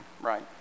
right